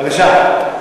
בבקשה.